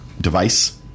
device